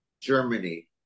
Germany